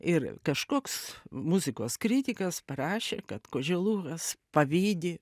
ir kažkoks muzikos kritikas parašė kad koželuhas pavydi